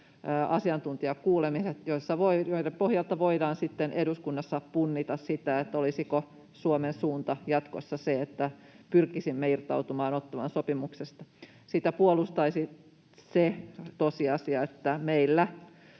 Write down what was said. asiantuntijakuulemiset, joiden pohjalta voidaan sitten eduskunnassa punnita sitä, olisiko Suomen suunta jatkossa se, että pyrkisimme irtautumaan Ottawan sopimuksesta. Sitä puolustaisi se tosiasia, että meillä